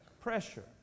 Pressure